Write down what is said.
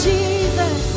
Jesus